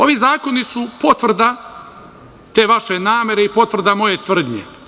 Ovi zakoni su potvrda te vaše namere i potvrda moje tvrdnje.